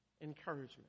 encouragement